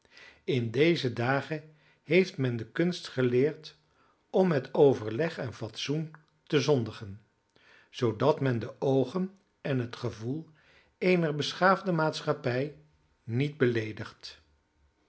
in deze dagen heeft men de kunst geleerd om met overleg en fatsoen te zondigen zoodat men de oogen en het gevoel eener beschaafde maatschappij niet beleedigt